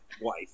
wife